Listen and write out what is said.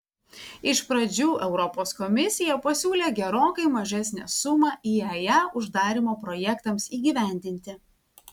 iš pradžių europos komisija pasiūlė gerokai mažesnę sumą iae uždarymo projektams įgyvendinti